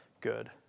good